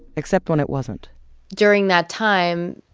except when it wasn't during that time,